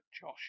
Josh